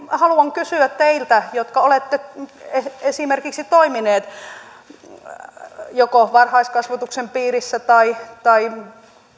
haluan kysyä teiltä jotka olette toimineet varhaiskasvatuksen piirissä tai tai